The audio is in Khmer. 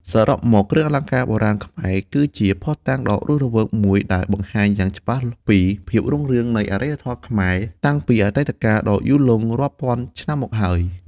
សរុបមក គ្រឿងអលង្ការបុរាណខ្មែរ គឺជាភស្តុតាងដ៏រស់រវើកមួយដែលបង្ហាញយ៉ាងច្បាស់ពី ភាពរុងរឿងនៃអរិយធម៌ខ្មែរ តាំងពីអតីតកាលដ៏យូរលង់រាប់ពាន់ឆ្នាំមកហើយ។